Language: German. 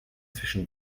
zwischen